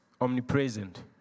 omnipresent